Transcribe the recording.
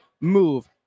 move